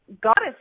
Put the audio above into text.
goddess